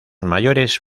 mayores